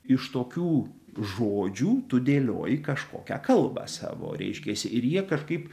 iš tokių žodžių tu dėlioji kažkokią kalbą savo reiškiasi ir jie kažkaip